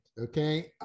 Okay